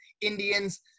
Indians